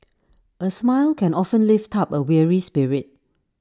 A smile can often lift up A weary spirit